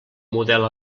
model